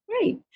Great